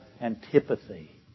antipathy